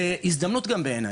כהזדמנות גם בעייני,